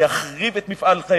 אני אחריב את מפעל חייכם,